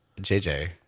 JJ